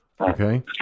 Okay